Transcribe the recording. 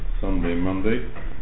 Sunday-Monday